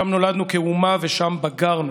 שם נולדנו כאומה ושם בגרנו,